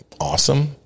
awesome